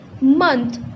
month